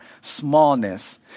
smallness